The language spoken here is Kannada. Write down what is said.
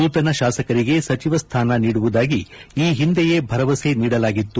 ನೂತನ ಶಾಸಕರಿಗೆ ಸಚಿವ ಸ್ಥಾನ ನೀಡುವುದಾಗಿ ಈ ಹಿಂದೆಯೇ ಭರವಸೆ ನೀಡಲಾಗಿತ್ತು